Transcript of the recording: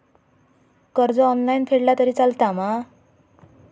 कर्ज ऑनलाइन फेडला तरी चलता मा?